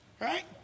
Right